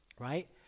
right